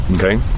Okay